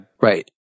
right